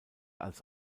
als